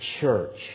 church